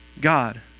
God